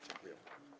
Dziękuję.